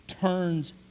turns